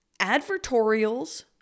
advertorials